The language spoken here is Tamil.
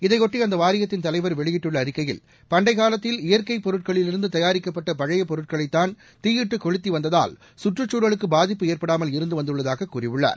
இதையொட்டி அந்த வாரியத்தின் தலைவர் வெளியிட்டுள்ள அறிக்கையில் பண்டைக்காலத்தில் இயற்கை பொருட்களிலிருந்து தயாரிக்கப்பட்ட பழைய பொருட்களைத்தான் தீ யிட்டு கொளுத்தி வந்ததால் சுற்றுச்சூழலுக்கு பாதிப்பு ஏற்படாமல் இருந்து வந்துள்ளதாகக் கூறியுள்ளார்